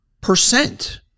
percent